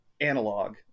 analog